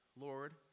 Lord